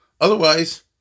Otherwise